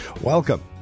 Welcome